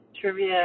Trivia